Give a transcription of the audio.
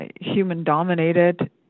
human-dominated